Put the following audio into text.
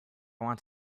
want